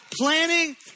planning